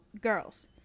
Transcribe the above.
girls